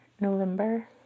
November